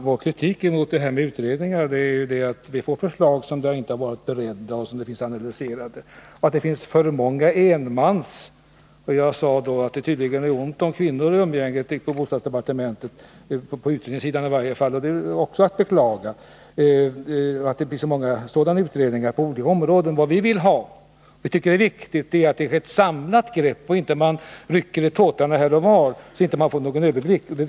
Herr talman! Kritiken gäller att vi får förslag som inte varit beredda och analyserade, och att det finns för många enmansutredningar — och att det tydligen är ont om kvinnor på bostadsdepartementet när det gäller utredningssidan. Vad vi vill ha är ett samlat grepp. Man skall inte rycka i tåtarna här och var. Då får vi ingen överblick.